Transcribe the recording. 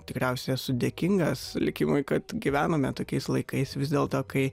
tikriausiai esu dėkingas likimui kad gyvenome tokiais laikais vis dėlto kai